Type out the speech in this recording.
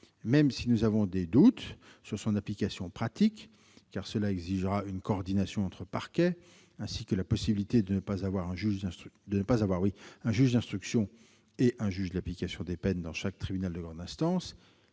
même si nous avons des doutes sur son application pratique, car cela exigera une coordination entre parquets ; d'autre part, la possibilité de ne pas avoir un juge d'instruction et un juge de l'application des peines dans chaque tribunal de grande instance.